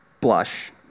blush